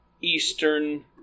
Eastern